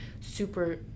super